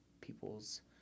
people's